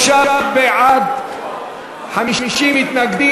ותועבר לוועדת החוקה להכנתה לקריאה שנייה ושלישית.